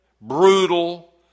brutal